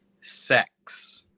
Sex